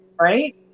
right